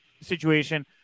situation